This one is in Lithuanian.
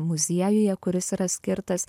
muziejuje kuris yra skirtas